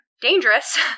Dangerous